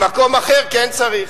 במקום אחר כן צריך.